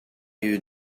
you